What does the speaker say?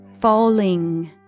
falling